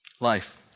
Life